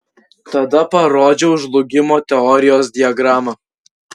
tada parodžiau žlugimo teorijos diagramą